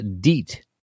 Deet